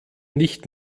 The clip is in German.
nicht